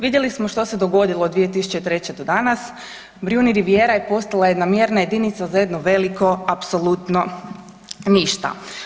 Vidjeli smo što se dogodilo od 2003. do danas, Brijuni Rivijera je postala jedna mjerna jedinica za jedno veliko apsolutno ništa.